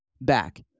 back